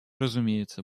разумеется